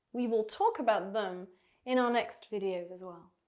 we will talk about them in our next videos as well.